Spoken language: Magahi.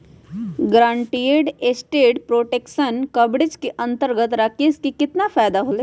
गारंटीड एसेट प्रोटेक्शन कवरेज के अंतर्गत राकेश के कितना फायदा होलय?